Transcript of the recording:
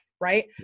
right